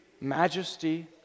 majesty